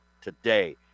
today